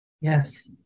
Yes